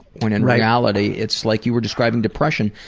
when in reality it's like you were describing depression,